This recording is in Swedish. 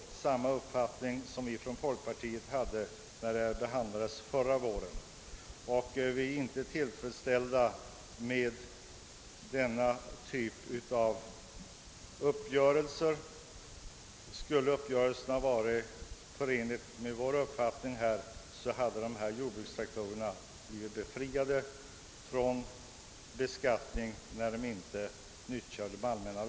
Det är samma uppfattning som vi från folkpartiet framförde, när frågan behandlades förra våren. Vi är inte tillfredsställda med denna typ av uppgörelser. Skulle uppgörelsen vara förenlig med vår uppfattning, måste jordbrukstraktorer som inte nyttjas på de allmänna vägarna befrias från beskattning.